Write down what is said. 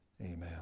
Amen